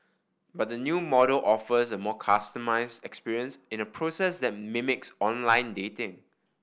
but the new model offers a more customised experience in a process that mimics online dating